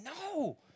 No